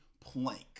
plank